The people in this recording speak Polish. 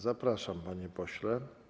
Zapraszam, panie pośle.